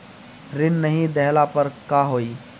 ऋण नही दहला पर का होइ?